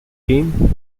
game